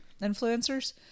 influencers